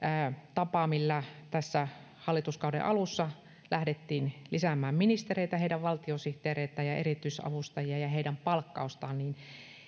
tapa millä tässä hallituskauden alussa lähdettiin lisäämään ministereitä heidän valtiosihteereitään ja erityisavustajiaan ja heidän palkkaustaan